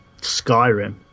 Skyrim